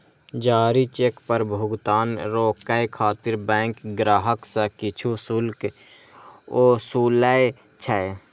जारी चेक पर भुगतान रोकै खातिर बैंक ग्राहक सं किछु शुल्क ओसूलै छै